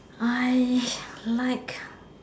I like